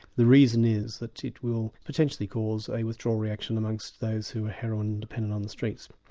the reason is that it will potentially cause a withdrawal reaction amongst those who are heroin dependent on the streets.